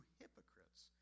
hypocrites